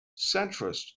centrist